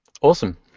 Awesome